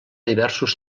diversos